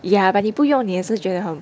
ya but 你不用你也是觉得很